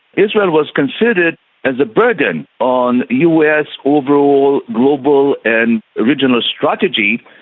israel was considered as a burden on us overall global and regional strategy.